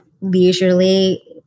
leisurely